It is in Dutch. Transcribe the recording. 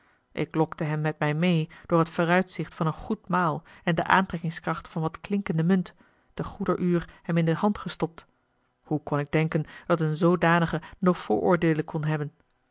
ik lokte hem met mij meê door t vooruitzicht van een goed maal en de aantrekkingskracht van wat klinkende munt ter goeder uur hem in de hand gestopt hoe kon ik denken dat een zoodanige nog vooroordeelen kon hebben